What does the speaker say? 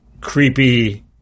creepy